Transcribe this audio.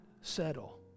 settle